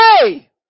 hey